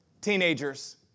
Teenagers